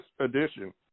edition